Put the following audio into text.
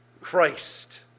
Christ